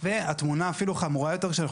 והתמונה אפילו חמורה יותר כשאנחנו